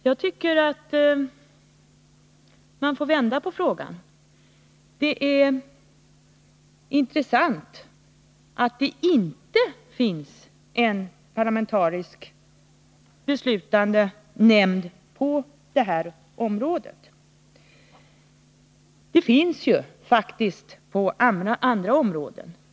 Jag tycker att man skall vända på det hela: Det är intressant att det inte finns en parlamentarisk beslutande nämnd på det här området. En sådan finns ju faktiskt på alla andra områden.